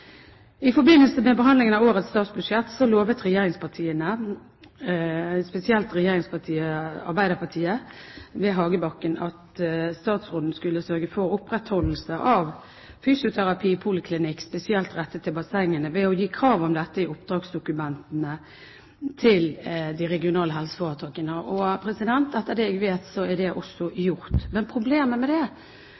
forbindelse med behandlingen av årets statsbudsjett lovet regjeringspartiene – spesielt Arbeiderpartiet, ved Hagebakken – at statsråden skulle sørge for opprettholdelse av poliklinisk fysioterapi, spesielt knyttet til bassengene, ved å stille krav om dette i oppdragsdokumentene til de regionale helseforetakene. Etter det jeg vet, er det også